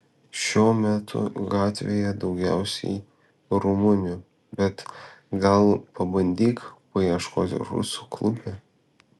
šiuo metu gatvėje daugiausiai rumunių bet gal pabandyk paieškoti rusų klube